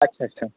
আচ্ছা আচ্ছা